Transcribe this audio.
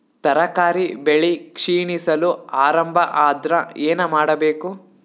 ತರಕಾರಿ ಬೆಳಿ ಕ್ಷೀಣಿಸಲು ಆರಂಭ ಆದ್ರ ಏನ ಮಾಡಬೇಕು?